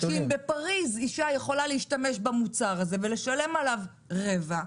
ואין סיבה שאם בפריז אישה יכולה להשתמש במוצר הזה ולשלם עליו רבע,